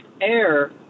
air